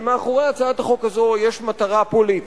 שמאחורי הצעת החוק הזאת יש מטרה פוליטית,